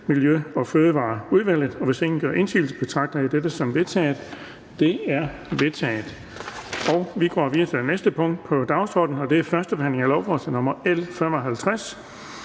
Miljø- og Fødevareudvalget. Og hvis ingen gør indsigelse, betragter jeg dette som vedtaget. Det er vedtaget. --- Det næste punkt på dagsordenen er: 10) 1. behandling af lovforslag nr. L